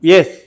Yes